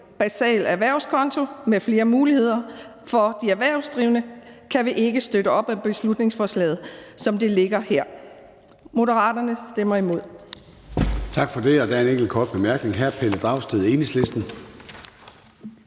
basal erhvervskonto med flere muligheder for de erhvervsdrivende, kan vi ikke støtte op om beslutningsforslaget, som det ligger her. Moderaterne stemmer imod.